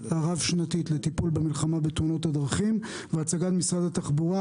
הרב-שנתית לטיפול במלחמה בתאונות הדרכים והצגת משרד התחבורה,